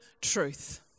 truth